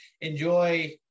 enjoy